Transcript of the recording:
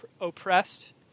oppressed